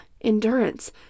endurance